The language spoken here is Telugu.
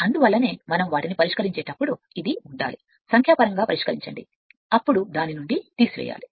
అందువల్లనే మనం వాటిని పరిష్కరించేటప్పుడు ఉండాలి సంఖ్యాపరంగా పరిష్కరించండి అప్పుడు దాని నుండి తీసివేయాలి